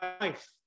life